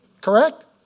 Correct